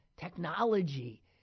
technology